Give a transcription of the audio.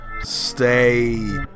stay